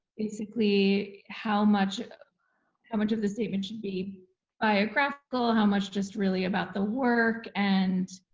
basically how much how much of the statement should be biographical, how much just really about the work? and